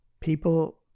People